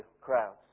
crowds